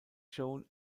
shown